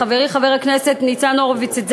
חברי חבר הכנסת ניצן הורוביץ,